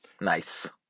Nice